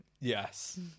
Yes